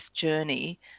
journey